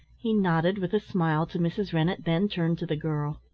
he nodded with a smile to mrs. rennett, then turned to the girl.